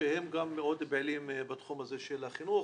שהם גם מאוד פעילים בתחום הזה של החינוך,